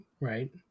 right